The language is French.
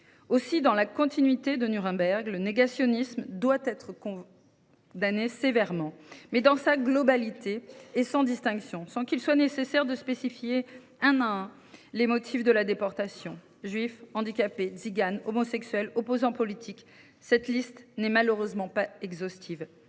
Aussi, dans la continuité de cette définition, le négationnisme doit être condamné sévèrement, mais dans sa globalité et sans distinction, c’est à dire sans qu’il soit nécessaire de spécifier, un à un, les motifs de la déportation. Juifs, handicapés, Tsiganes, homosexuels, opposants politiques, la liste n’est malheureusement pas exhaustive,